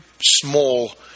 small